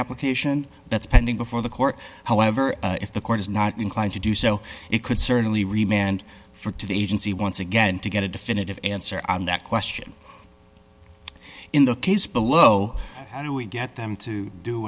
application that's pending before the court however if the court is not inclined to do so it could certainly remain and for today agency once again to get a definitive answer on that question in the case below how do we get them to do